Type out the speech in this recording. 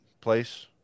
place